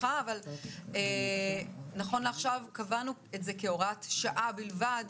אבל נכון לעכשיו קבענו את זה כהוראת שעה בלבד